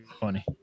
funny